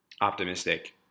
optimistic